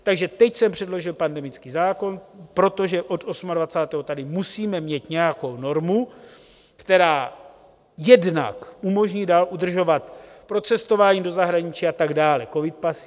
Takže teď jsem předložil pandemický zákon, protože od osmadvacátého tady musíme mít nějakou normu, která jednak umožní dál udržovat pro cestování do zahraničí a tak dále covid pasy.